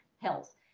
health